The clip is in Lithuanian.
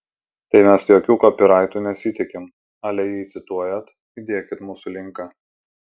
tai mes jokių kopyraitų nesitikim ale jei cituojat įdėkit mūsų linką